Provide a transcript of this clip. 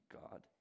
god